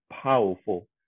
powerful